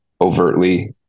overtly